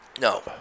No